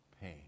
pain